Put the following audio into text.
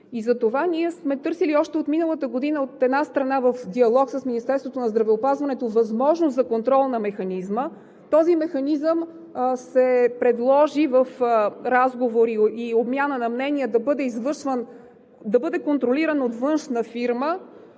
Затова ние сме търсили още от миналата година, от една страна, в диалога с Министерството на здравеопазването възможност за контрола на механизма. Този механизъм се предложи в разговори и обмяна на мнения да бъде контролиран от външна фирма